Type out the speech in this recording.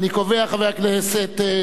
הכנסת חנא סוייד,